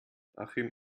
achim